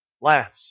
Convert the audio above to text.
Last